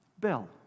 bell